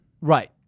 Right